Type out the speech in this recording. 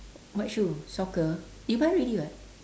what shoe soccer you buy already [what]